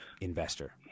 investor